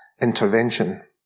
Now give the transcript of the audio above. intervention